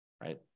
right